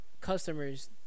customers